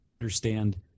understand